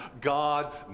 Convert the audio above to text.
God